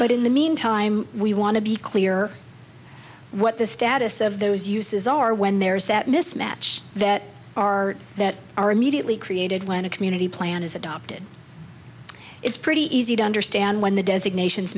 but in the meantime we want to be clear what the status of those uses are when there's that mismatch that are that are immediately created when a community plan is adopted it's pretty easy to understand when the designations